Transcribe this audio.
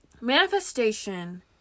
manifestation